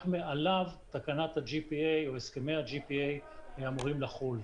מעליו תקנת ה-GPA או הסכמי ה- GPA אמורים לחול.